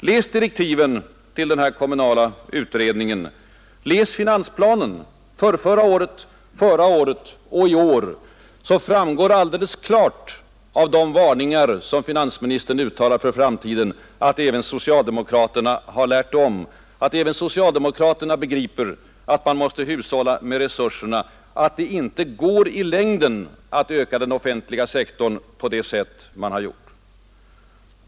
Läs direktiven till den kommunala skatteutredningen, läs finansplanen för förrförra året, förra året och i år! Det framgår alldeles klart av de varningar som finansministern uttalar för framtiden att även socialdemokraterna nu har lärt om, att även socialdemokraterna begriper att man måste hushålla med resurserna, att det inte i längden går att öka den offentliga sektorn på det sätt man har gjort.